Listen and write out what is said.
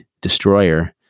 Destroyer